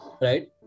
Right